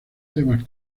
temas